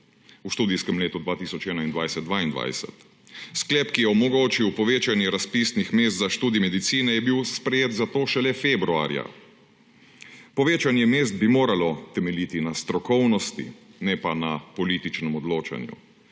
v študijskem letu 2021/2022. Sklep, ki je omogočil povečanje razpisnih mest za študij medicine, je bil sprejet zato šele februarja. Povečanje mest bi moralo temeljiti na strokovnosti, ne pa na političnem odločanju.